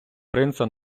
принца